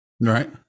right